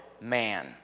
man